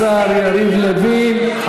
תודה לשר יריב לוין.